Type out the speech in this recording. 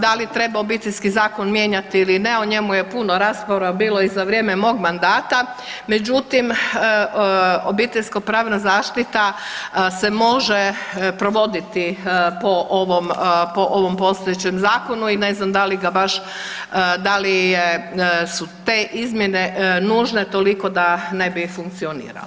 Da li treba Obiteljski zakon mijenjati ili ne, o njemu je puno rasprava bilo i za vrijeme mog mandata, međutim obiteljsko pravna zaštita se može provoditi po ovom, po ovom postojećem zakonu i ne znam da li ga baš, da li su te izmjene nužne toliko da ne bi funkcionirala.